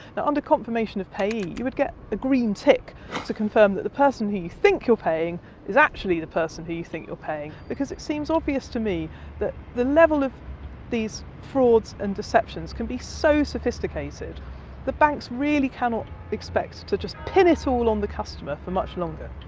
under confirmation of payee, you would get a green tick to confirm that the person who you think you're paying is actually the person who you think you're paying. because it seems obvious to me that the level of these frauds and deceptions can be so sophisticated that banks really cannot expect to just pin it all on the customer for much longer.